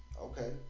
Okay